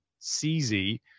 CZ